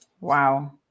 Wow